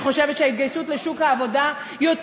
אני חושבת שההתגייסות לשוק העבודה יותר